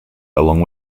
along